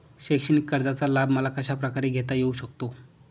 शैक्षणिक कर्जाचा लाभ मला कशाप्रकारे घेता येऊ शकतो?